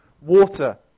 water